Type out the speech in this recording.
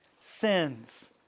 sins